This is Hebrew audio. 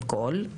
המדינה?